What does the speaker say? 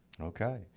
Okay